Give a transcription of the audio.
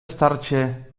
starcie